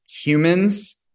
humans